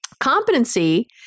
competency